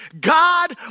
God